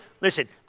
Listen